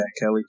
Kelly